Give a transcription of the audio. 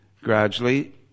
gradually